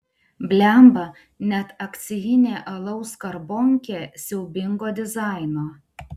blemba net akcijinė alaus skarbonkė siaubingo dizaino